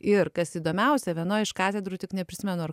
ir kas įdomiausia vienoj iš katedrų tik neprisimenu ar